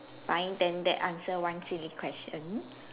fine then that answer one silly question